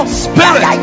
spirit